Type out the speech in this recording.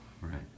right